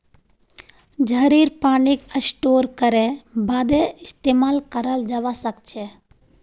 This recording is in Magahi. झड़ीर पानीक स्टोर करे बादे इस्तेमाल कराल जबा सखछे